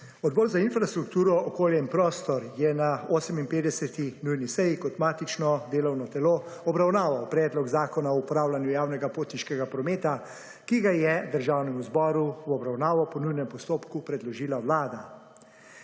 Odbor za infrastrukturo, okolje in prostor je na 58. nujni seji kot matično delovno telo obravnaval predlog zakona o upravljanju javnega potniškega prometa, ki ga je Državnemu zboru v obravnavo po nujnem postopku predložila vlada.